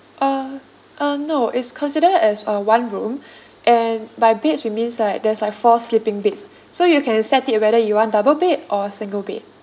uh uh no it's consider as uh one room and by beds we means like there's like four sleeping beds so you can set it whether you want double bed or single bed